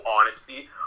honesty